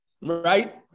right